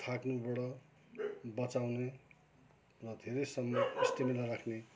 थाक्नुबाट बचाउने र धेरै समय इस्टेमिना राख्ने